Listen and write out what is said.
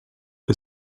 que